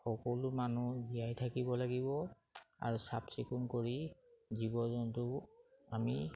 সকলো মানুহ জীয়াই থাকিব লাগিব আৰু চাফচিকুণ কৰি জীৱ জন্তুও আমি